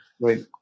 Right